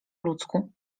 ludzku